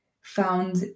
found